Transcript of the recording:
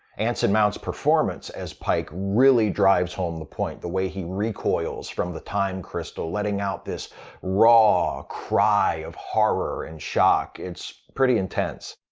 anson mount's performance as pike really drives home the point, the way he recoils from the time crystal, letting out this raw cry of horror and shock. it's pretty intense.